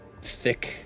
thick